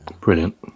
Brilliant